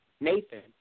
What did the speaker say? Nathan